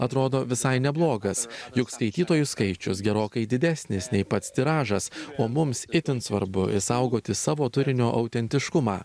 atrodo visai neblogas juk skaitytojų skaičius gerokai didesnis nei pats tiražas o mums itin svarbu išsaugoti savo turinio autentiškumą